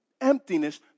emptiness